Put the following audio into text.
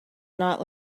not